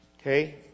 Okay